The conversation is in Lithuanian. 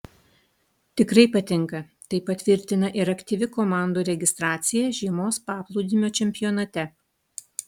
tikrai patinka tai patvirtina ir aktyvi komandų registracija žiemos paplūdimio čempionate